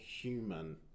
human